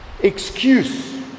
excuse